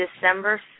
December